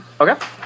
Okay